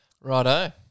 Righto